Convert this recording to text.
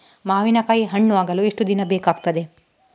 ಮಾವಿನಕಾಯಿ ಹಣ್ಣು ಆಗಲು ಎಷ್ಟು ದಿನ ಬೇಕಗ್ತಾದೆ?